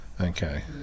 Okay